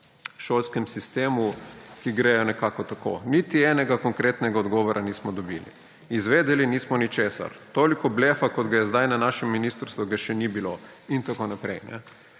šolskem sistemu, ki gre nekako tako: »Niti enega konkretnega odgovora nismo dobili. Izvedeli nismo ničesar. Toliko blefa, kot ga je sedaj na našem ministrstvu, ga še ni bilo.« In tako naprej.